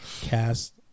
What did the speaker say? cast